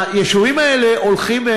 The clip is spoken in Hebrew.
היישובים האלה הולכים,